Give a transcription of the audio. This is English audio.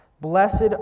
Blessed